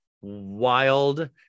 wild